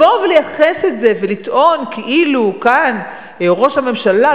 אבל לבוא ולייחס את זה ולטעון כאילו כאן ראש הממשלה,